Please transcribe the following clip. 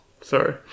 Sorry